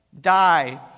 die